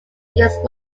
against